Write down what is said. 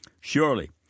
Surely